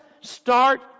start